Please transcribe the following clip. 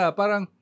parang